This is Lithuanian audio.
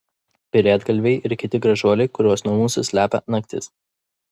pelėdgalviai ir kiti gražuoliai kuriuos nuo mūsų slepia naktis